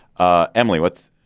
ah emily watts,